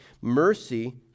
Mercy